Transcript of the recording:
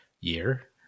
year